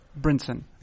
Brinson